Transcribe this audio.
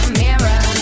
mirror